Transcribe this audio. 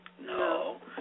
No